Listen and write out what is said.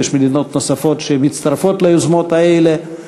ויש מדינות נוספות שמצטרפות ליוזמות האלה.